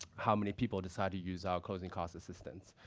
how many people decide to use our closing cost assistance.